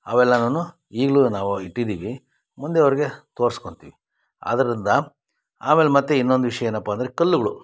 ಅವೆಲ್ಲ ನಾನು ಈಗಲೂ ನಾವು ಇಟ್ಟಿದ್ದೀವಿ ಮುಂದೆಯವ್ರಿಗೆ ತೋರ್ಸ್ಕೊತೀವಿ ಆದ್ದರಿಂದ ಆಮೇಲೆ ಮತ್ತು ಇನ್ನೊಂದು ವಿಷಯ ಏನಪ್ಪಾ ಅಂದರೆ ಕಲ್ಲುಗಳು